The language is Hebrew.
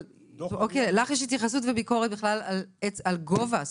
אז לך יש התייחסות וביקורת על גובה הסכום.